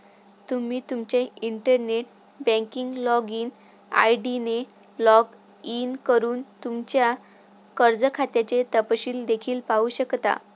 तुम्ही तुमच्या internet banking login ID ने लॉग इन करून तुमच्या कर्ज खात्याचे तपशील देखील पाहू शकता